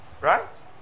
Right